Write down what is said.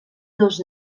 dos